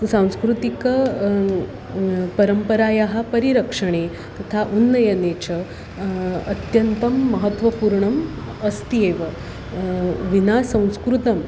सांस्कृतिकं परम्परायाः परिरक्षणे तथा उन्नयने च अत्यन्तं महत्त्वपूर्णम् अस्ति एव विना संस्कृतम्